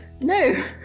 no